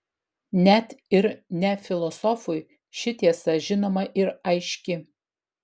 net ir ne filosofui ši tiesa žinoma ir aiški